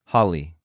Holly